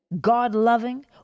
God-loving